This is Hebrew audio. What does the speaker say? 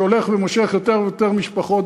שהולך ומושך יותר ויותר משפחות,